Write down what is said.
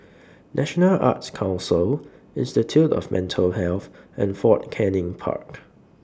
National Arts Council Institute of Mental Health and Fort Canning Park